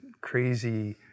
crazy